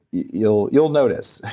you'll you'll notice.